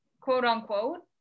quote-unquote